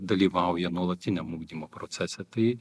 dalyvauja nuolatiniam ugdymo procese tai